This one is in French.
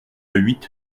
huit